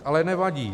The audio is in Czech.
Ale nevadí.